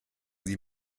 sie